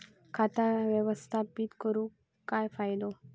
खाता व्यवस्थापित करून काय फायदो?